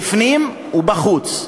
בפנים ובחוץ,